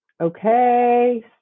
okay